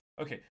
Okay